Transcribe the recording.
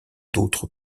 d’autres